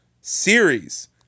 series